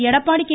Edappadi K